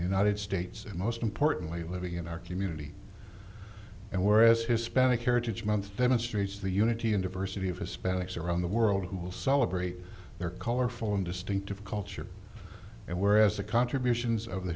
and most importantly living in our community and whereas hispanic heritage month demonstrates the unity and diversity of hispanics around the world who will celebrate their colorful and distinctive culture and whereas the contributions of the